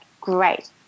Great